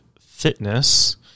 fitness